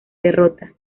derrota